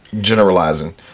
Generalizing